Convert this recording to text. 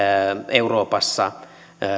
euroopassa